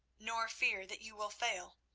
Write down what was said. nor fear that you will fail.